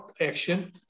action